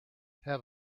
have